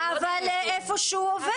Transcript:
אבל לאיפה שהוא עובד.